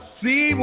see